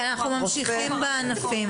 אנחנו ממשיכים בהקראה.